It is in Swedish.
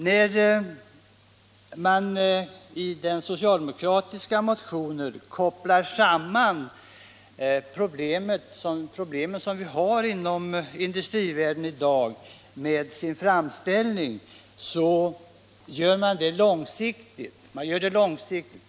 När de socialdemokratiska motionärerna kopplar samman de problem som vi har i industrivärlden i dag med sin framställning sker det i ett långsiktigt perspektiv.